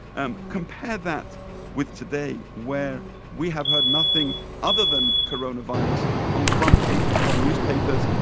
um compare that with today, where we have heard nothing other than coronavirus on the front pages of our newspapers,